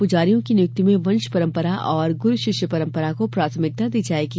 प्रजारियों की नियुक्ति में वंश परम्परा और गुरू शिष्य परम्परा को प्राथमिकता दी जायेगी